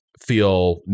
feel